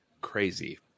crazy